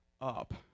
up